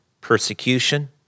Persecution